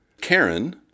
Karen